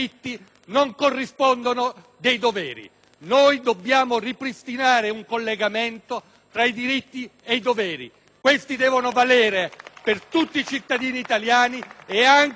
Questi devono valere per tutti i cittadini italiani e anche per chi viene ospitato dal nostro Paese. Su questa linea di ricerca non abbiamo